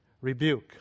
rebuke